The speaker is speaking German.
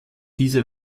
diese